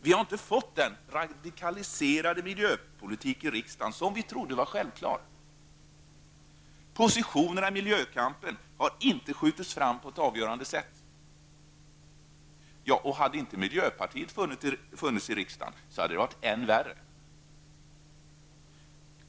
Vi har inte fått den radikaliserade miljöpolitik i riksdagen som vi trodde var självklar. Positionerna i miljökampen har inte skjutits fram på ett avgörande sätt. Hade inte miljöpartiet funnits i riksdagen hade det säkert varit ännu värre.